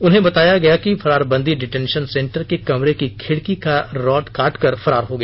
उन्हें बताया गया कि फरार बंदी डिटेंशन सेंटर के कमरे की खिड़की का रॉड काटकर फरार हआ